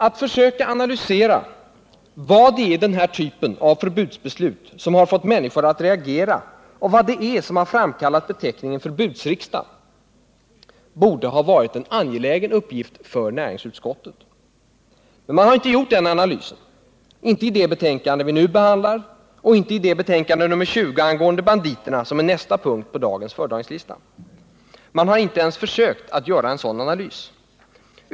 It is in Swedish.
Att försöka analysera vad det är i denna typ av förbudsbeslut som har fått människor att reagera och vad det är som har framkallat beteckningen förbudsriksdag borde ha varit en angelägen uppgift för näringsutskottet. Men det har inte gjort den analysen —-inte i det betänkande vi nu behandlar och inte i det betänkande nr 20 angående de enarmade banditerna som är nästa punkt på dagens föredragningslista. Det har inte ens försökt att göra en sådan analys.